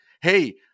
hey